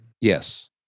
Yes